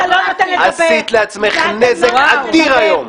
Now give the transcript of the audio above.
את פשוט עשית לעצמך נזק אדיר היום.